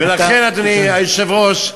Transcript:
ולכן, אדוני היושב-ראש,